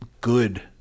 good